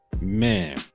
Man